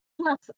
Plus